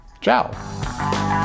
ciao